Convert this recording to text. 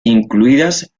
incluidas